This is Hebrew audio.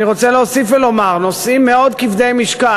אני רוצה להוסיף ולומר שנושאים מאוד כבדי משקל,